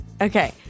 Okay